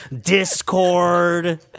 Discord